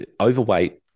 overweight